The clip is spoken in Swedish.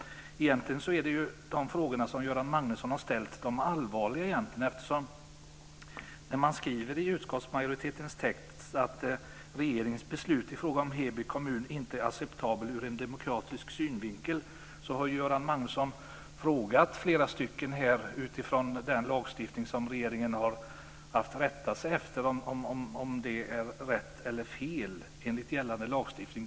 Egentligen är de frågor som Göran Magnusson har ställt de allvarliga. Man skriver ju i utskottsmajoritetens text att regeringens beslut i fråga om Heby kommun inte är acceptabel ur en demokratisk synvinkel. Göran Magnusson har ju utifrån den lagstiftning som regeringen har haft att rätta sig efter frågat flera här om det är rätt eller fel enligt gällande lagstiftning.